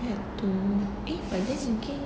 have to but eh that's in K